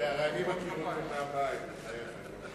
הרי אני מכיר אותו מהבית, בחייך.